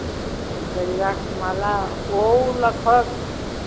गजरा का माला वह लगभग